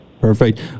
perfect